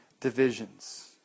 divisions